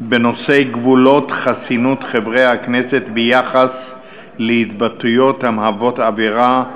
בנושא גבולות חסינות חברי הכנסת בעניין התבטאויות המהוות עבירה,